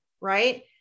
right